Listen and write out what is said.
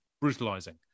brutalizing